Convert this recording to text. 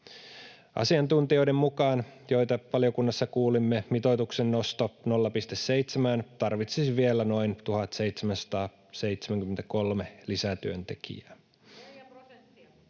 Asiantuntijoiden mukaan, joita valiokunnassa kuulimme, mitoituksen nosto 0,7:ään tarvitsisi vielä noin 1 773 lisätyöntekijää.